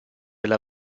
alla